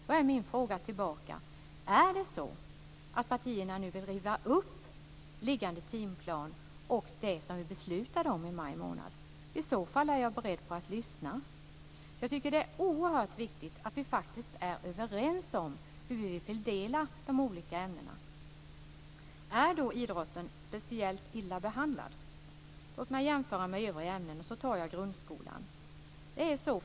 Då är min fråga tillbaka: Är det så att partierna nu vill riva upp liggande timplan och det som vi beslutade om i maj månad? I så fall är jag beredd att lyssna. Jag tycker att det är oerhört viktigt att vi är överens om hur vi vill fördela de olika ämnena. Är då idrotten speciellt illa behandlad? Låt mig jämföra med övriga ämnen i grundskolan.